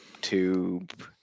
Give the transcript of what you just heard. Tube